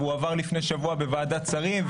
הוא עבר לפני שבוע בוועדת השרים,